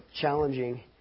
challenging